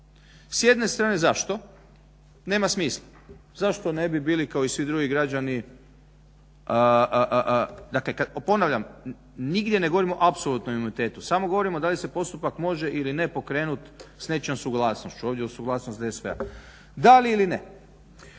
S jedne strane zašto, nema smisla, zašto ne bi bili kao i svi drugi građani, dakle ponavljam nigdje ne govorimo o apsolutnom imunitetu, samo govorimo da li se postupak može ili ne pokrenut s nečijom suglasnošću, ovdje uz suglasnost DSV-a, da ili ne.